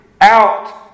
out